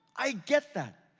i get that.